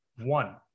One